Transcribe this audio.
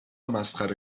مسخره